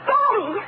Daddy